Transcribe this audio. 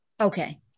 Okay